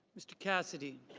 mr. cassidy.